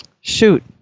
Shoot